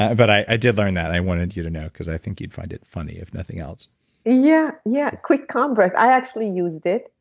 i but i did learn that. i wanted you to know because i think you'd find it funny if nothing else yeah, yeah quick converse. i actually used it,